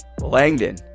Langdon